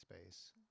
space